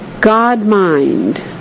God-mind